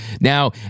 Now